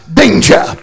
danger